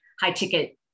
high-ticket